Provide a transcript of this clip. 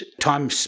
time